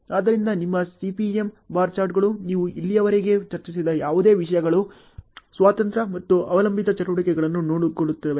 ಆದ್ದರಿಂದ ನಿಮ್ಮ CPM bar ಚಾರ್ಟ್ಗಳು ನೀವು ಇಲ್ಲಿಯವರೆಗೆ ಚರ್ಚಿಸಿದ ಯಾವುದೇ ವಿಷಯಗಳು ಸ್ವತಂತ್ರ ಮತ್ತು ಅವಲಂಬಿತ ಚಟುವಟಿಕೆಗಳನ್ನು ನೋಡಿಕೊಳ್ಳುತ್ತವೆ